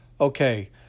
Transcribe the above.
Okay